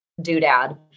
doodad